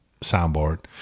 soundboard